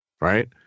right